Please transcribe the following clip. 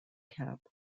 cap